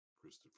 Christopher